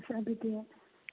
ꯑꯁ ꯑꯗꯨꯗꯤ